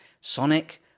Sonic